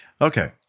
Okay